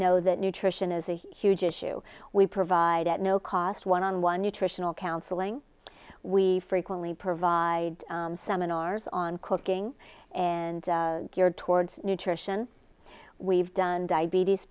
know that nutrition is a huge issue we provide at no cost one on one nutritional counseling we frequently provide seminars on cooking and geared towards nutrition we've done diabetes